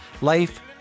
Life